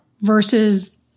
versus